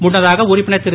முன்னதாக உறுப்பினர் திரு